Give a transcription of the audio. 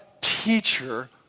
teacher